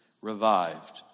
revived